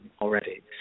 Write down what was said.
already